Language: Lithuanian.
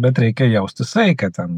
bet reikia jausti saiką ten